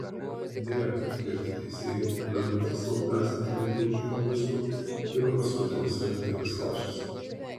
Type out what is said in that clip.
deja girti teisėjai lendantys lauk gąsdinti vietinių žurnalistų yra paskutinis kantrybės lašas